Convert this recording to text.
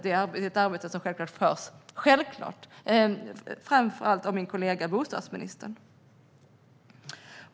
Det är ett arbete som självklart förs framåt, framför allt av min kollega bostadsministern.